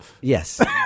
Yes